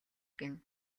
гэнэ